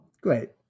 great